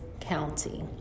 County